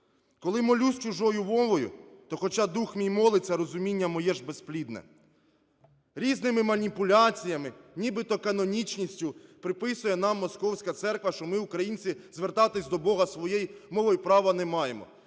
"Коли молюсь чужою мовою, то, хоча дух мій молиться, розуміння моє ж безплідне". Різними маніпуляціями, нібито канонічністю приписує нам московська церква, що ми, українці, звертатися до Бога своєю мовою права не маємо.